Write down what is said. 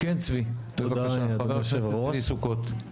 חבר הכנסת מבי סוכות, בבקשה.